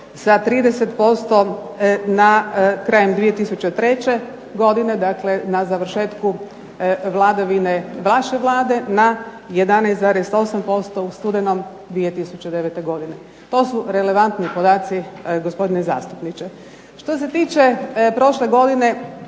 sa 30% na krajem 2003. godine, dakle na završetku vladavine vaše Vlade na 11,8% u studenom 2009. godine. To su relevantni podaci gospodine zastupniče. Što se tiče prošle godine